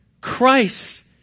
Christ